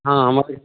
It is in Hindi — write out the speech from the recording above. हाँ हमारे